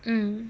mm